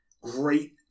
great